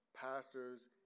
pastors